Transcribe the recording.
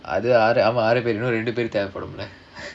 அது ஆறு இன்னும் ரெண்டு பேரு தேவைப்படும்ல:adhu aaru innum rendu peru thevappadumla